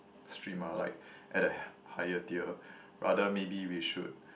stream are like at a higher tier rather maybe we should